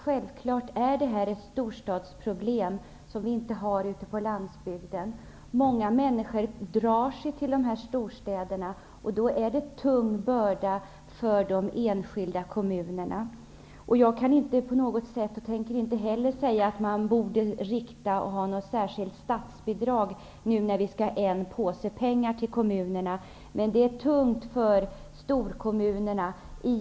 Självklart är det här ett storstadsproblem, ett problem som inte finns på landsbygden. Många människor drar sig till storstäderna. Detta blir därmed en tung börda för de enskilda kommunerna. Jag tänker inte säga att det borde finnas ett särskilt statsbidrag nu när det skall vara en påse pengar till kommunerna. Men det blir tungt för storkommunerna.